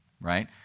right